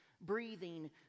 breathing